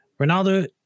Ronaldo